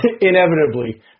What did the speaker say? inevitably